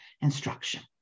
instruction